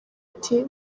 ati